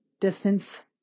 distance